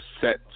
Set